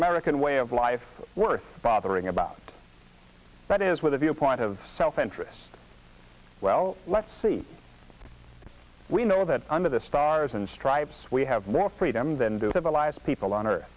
american way of life worth bothering about but is where the viewpoint of self interest well let's see we know that under the stars and stripes we have more freedom than to have allies people on